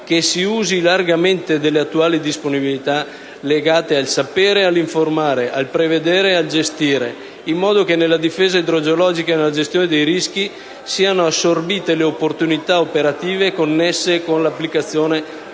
che si usi largamente delle attuali disponibilità legate al sapere e all'informare, al prevedere e al gestire, in modo che nella difesa idrogeologica e nella gestione dei rischi siano assorbite le opportunità operative connesse con l'applicazione delle